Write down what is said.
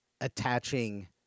attaching